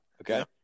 Okay